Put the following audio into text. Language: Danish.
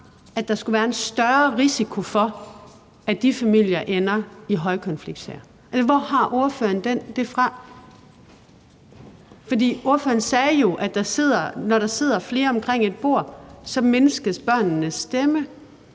at der skulle være større risiko for, at de familier ender i højkonfliktsager? Hvor har ordføreren det fra? For ordføreren sagde jo, at når der sidder flere omkring et bord, så mindskes børnenes stemme.